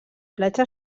platja